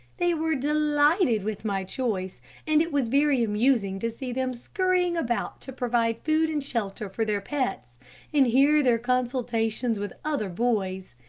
they were delighted with my choice, and it was very amusing to see them scurrying about to provide food and shelter for their pets and hear their consultations with other boys.